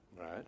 right